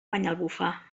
banyalbufar